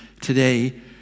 today